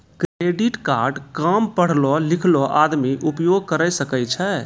Credit card काम पढलो लिखलो आदमी उपयोग करे सकय छै?